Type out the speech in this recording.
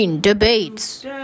debates